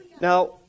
Now